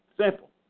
Simple